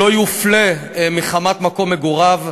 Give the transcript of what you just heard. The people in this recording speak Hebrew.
לא יופלה מחמת מקום מגוריו.